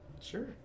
Sure